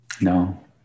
No